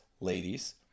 ladies